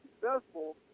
successful